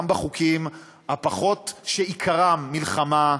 גם בחוקים שפחות עיקרם מלחמה,